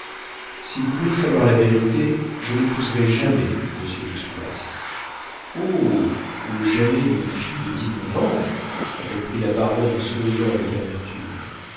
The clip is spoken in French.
si vous voulez savoir la vérité je n'épouserai jamais monsieur de soulas oh le jamais d'une fille de dix-neuf ans reprit la baronne en souriant avec amertume